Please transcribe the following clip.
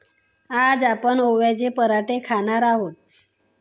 आज आपण ओव्याचे पराठे खाणार आहोत